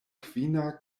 kvina